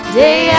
day